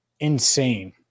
insane